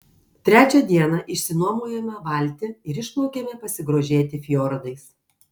trečią dieną išsinuomojome valtį ir išplaukėme pasigrožėti fjordais